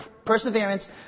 Perseverance